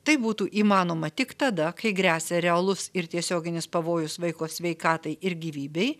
tai būtų įmanoma tik tada kai gresia realus ir tiesioginis pavojus vaiko sveikatai ir gyvybei